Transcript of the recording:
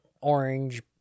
Orange